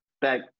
back